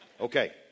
Okay